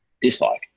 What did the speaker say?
dislike